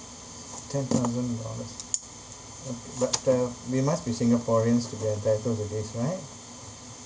ten thousand dollars okay but uh we must be singaporeans together because of this right